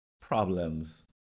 problems